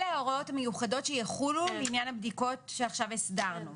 אלה ההוראות המיוחדות שיחולו לעניין הבדיקות שעכשיו הסדרנו.